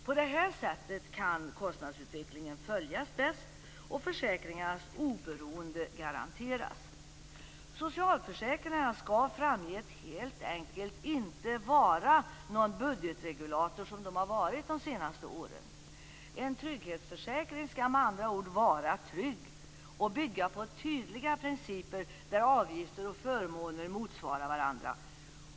På det sättet kan kostnadsutvecklingen bäst följas och försäkringarnas oberoende garanteras. Socialförsäkringarna skall framgent helt enkelt inte vara den budgetregulator som de varit de senaste åren. En trygghetsförsäkring skall med andra ord vara trygg och bygga på tydliga principer där avgifter och förmåner motsvarar varandra.